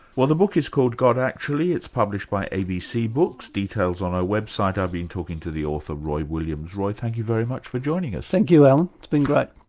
well the book is called god, actually. it's published by abc books, details on our website. i've been talking to the author, roy williams. roy, thank you very much for joining us. thank you, alan, it's been great.